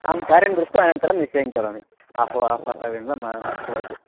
अहं कार्यं दृष्ट्वा अनन्तरं निश्चयं करोमि आह्वा आह्वातव्यं वा मा मास्तु वा इति